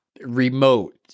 remote